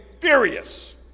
furious